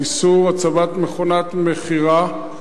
איסור הצבת מכונות מכירה),